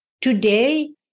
Today